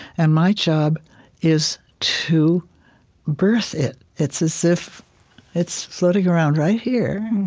and my job is to birth it. it's as if it's floating around right here.